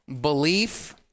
belief